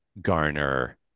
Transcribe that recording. garner